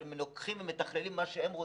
אבל הם לוקחים ומתכללים את מה שהם רוצים.